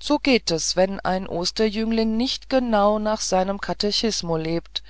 so geht es wenn ein osterjüngling nicht genau nach seinem katechismo lebt